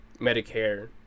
Medicare